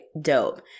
Dope